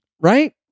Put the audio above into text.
right